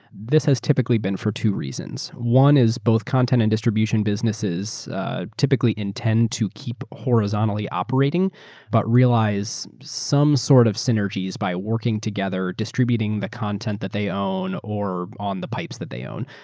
this has typically been for two reasons. one is both content and distribution businesses typically intend to keep horizontally operating but realize some sort of synergies by working together, distributing the content that they own or on the pipes that they own.